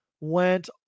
went